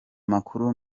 makuru